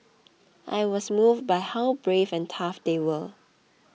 I was moved by how brave and tough they were